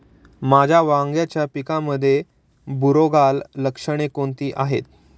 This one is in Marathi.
माझ्या वांग्याच्या पिकामध्ये बुरोगाल लक्षणे कोणती आहेत?